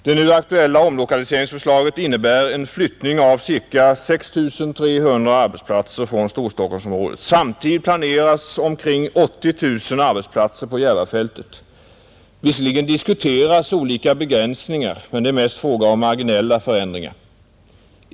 Det nu aktuella omlokaliseringsförslaget innebär en flyttning av ca 6 300 arbetsplatser från Storstockholmsområdet. Samtidigt planeras omkring 80 000 arbetsplatser på Järvafältet. Visserligen diskuteras olika begränsningar, men det är mest fråga om marginella förändringar.